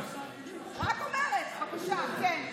בבקשה, כן,